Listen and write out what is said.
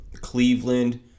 Cleveland